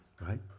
right